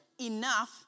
enough